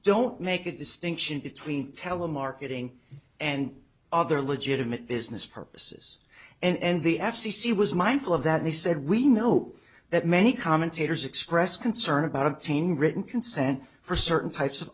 don't make a distinction between telemarketing and other legitimate business purposes and the f c c was mindful of that they said we know that many commentators expressed concern about obtaining written consent for certain types of